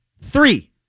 three